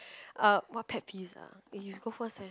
uh what pet peeves ah eh you go first leh